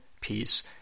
peace